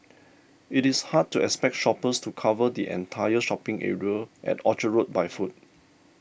it is hard to expect shoppers to cover the entire shopping area at Orchard Road by foot